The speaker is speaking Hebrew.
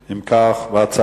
למה?